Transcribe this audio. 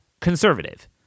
conservative